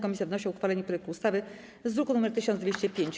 Komisja wnosi o uchwalenie projektu ustawy z druku nr 1205.